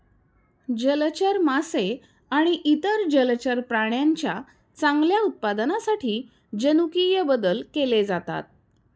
जलचर मासे आणि इतर जलचर प्राण्यांच्या चांगल्या उत्पादनासाठी जनुकीय बदल केले जातात